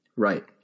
Right